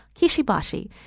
Kishibashi